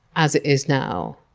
as it is now.